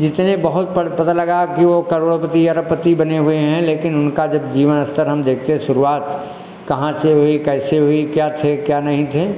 जितने बहुत पड़ पता लगा कि वह करोड़पति अरबपति बने हुए हैं लेकिन उनका जब जीवन स्तर हम देखते हैं शुरुआत कहाँ से हुई कैसे हुई क्या थे क्या नहीं थे